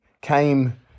came